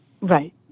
Right